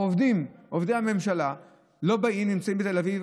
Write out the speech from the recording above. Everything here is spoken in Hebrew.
עובדי הממשלה לא באים, נמצאים בתל אביב.